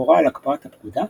הורה על הקפאת הפקודה,